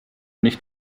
nicht